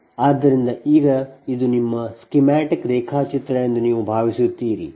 ಆದ್ದರಿಂದ ಈಗ ಇದು ನಿಮ್ಮ ಸ್ಕೀಮ್ಯಾಟಿಕ್ ರೇಖಾಚಿತ್ರ ಎಂದು ನೀವು ಭಾವಿಸುತ್ತೀರಿ ಎಂದು ಭಾವಿಸೋಣ